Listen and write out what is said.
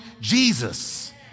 Jesus